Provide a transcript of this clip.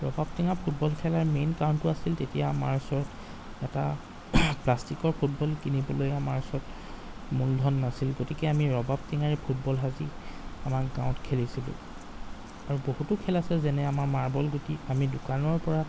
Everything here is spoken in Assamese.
ৰবাব টেঙাৰ ফুটবল খেলাৰ মেইন কাৰণটো আছিল তেতিয়া আমাৰ ওচৰত এটা প্লাষ্টিকৰ ফুটবল কিনিবলৈ আমাৰ ওচৰত মূলধন নাছিল গতিকে আমি ৰবাব টেঙাৰে ফুটবল সাজি আমাৰ গাঁৱত খেলিছিলো আৰু বহুতো খেল আছে যেনে আমাৰ মাৰ্বল গুটি আমি দোকানৰ পৰা